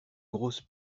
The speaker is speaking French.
grosse